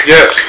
Yes